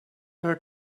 her